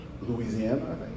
Louisiana